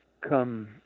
come